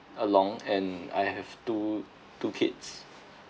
along and I have two two kids